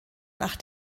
nach